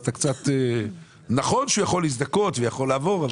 אז אתה קצת נכון שהוא יכול להזדכות והוא יכול לעבור.